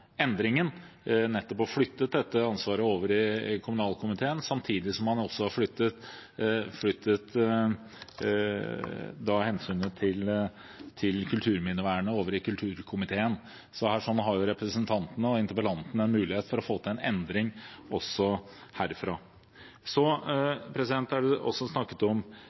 endringen, nettopp å flytte dette ansvaret over i kommunalkomiteen, samtidig som man har flyttet hensynet til kulturminnevernet over i kulturkomiteen, så representantene og interpellanten har jo en mulighet for å få til en endring også herfra. Så er det også snakket om